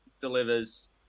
delivers